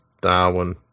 darwin